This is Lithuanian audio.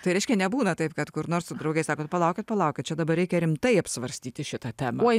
tai reiškia nebūna taip kad kur nors su draugai sakot palaukit palaukit čia dabar reikia rimtai apsvarstyti šitą temą